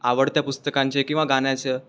आवडत्या पुस्तकांचे किंवा गाण्याचं